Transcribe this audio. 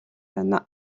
байна